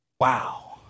wow